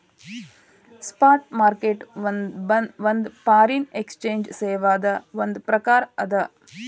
spot market ಒಂದ್ foreign exchange ಸೇವಾದ್ ಒಂದ್ ಪ್ರಕಾರ ಅದ